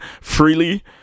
freely